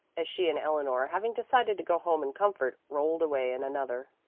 as she and eleanor, having decided to go home in comfort, rolled away in another.